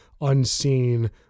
unseen